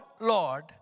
Lord